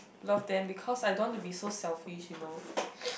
love them because I don't want to be so selfish you know